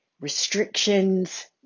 restrictions